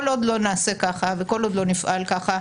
על עוד לא נעשה ככה וכל עוד לא נפעל ככה,